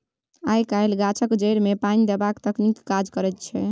आय काल्हि गाछक जड़िमे पानि देबाक तकनीक काज करैत छै